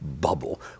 bubble